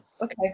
okay